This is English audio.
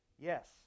Yes